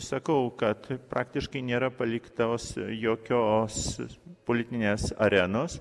sakau kad praktiškai nėra paliktos jokios politinės arenos